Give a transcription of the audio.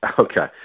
Okay